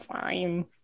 fine